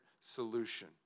solution